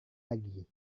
lagi